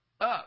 up